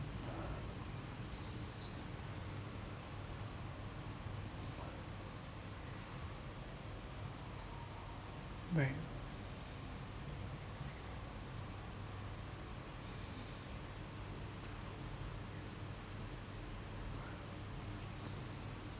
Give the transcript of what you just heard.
right